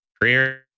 career